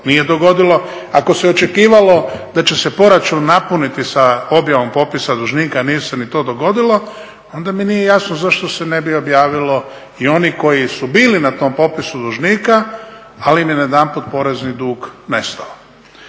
nije dogodilo, ako se očekivalo da će se proračun napuniti sa objavom popisa dužnika nije se ni to dogodilo, onda mi nije jasno zašto se ne bi objavilo i oni koji su bili na tom popisu dužnika, ali im je najedanput porezni dug nestao.